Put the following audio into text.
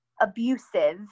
abusive